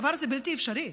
הדבר הזה בלתי אפשרי.